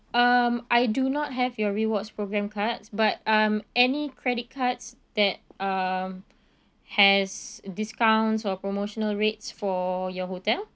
um I do not have your rewards program cards but um any credit cards that um has discounts or promotional rates for your hotel